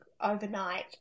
overnight